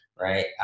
right